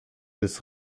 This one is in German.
des